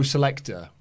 Selector